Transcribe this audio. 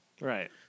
Right